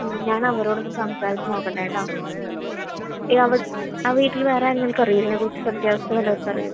മ് ഞാൻ അവരോട് ഒന്ന് സംസാരിച്ച് നോക്കട്ടെ കേട്ടോ ഇത് അവിടെ ആ വീട്ടിൽ വേറെ ആളുകൾക്ക് അറിയുമോ ഇതിനെ കുറിച്ച് സത്യാവസ്ഥ വല്ലവർക്കും അറിയുമോ